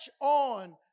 on